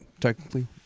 Technically